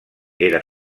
era